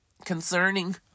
concerning